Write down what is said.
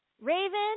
Raven